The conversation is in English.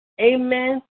amen